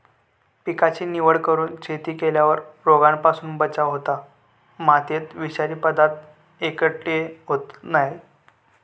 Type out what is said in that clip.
पिकाची निवड करून शेती केल्यार रोगांपासून बचाव होता, मातयेत विषारी पदार्थ एकटय होयत नाय